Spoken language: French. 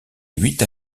huit